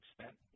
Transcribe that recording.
spent